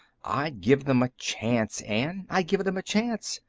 i'd give them a chance, anne i'd give them a chance.